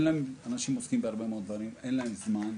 אנשים עוסקים בהרבה מאוד דברים ואין להם זמן,